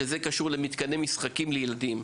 שקשור למתקני משחקים לילדים.